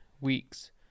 weeks